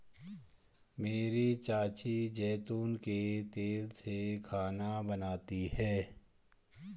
मेरी चाची जैतून के तेल में खाना बनाती है